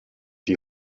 die